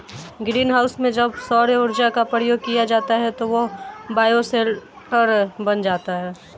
green house में जब सौर ऊर्जा का प्रयोग किया जाता है तो वह बायोशेल्टर बन जाता है